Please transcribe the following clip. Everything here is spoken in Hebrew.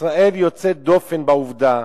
שישראל יוצאת דופן בעובדה